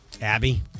Abby